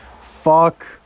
Fuck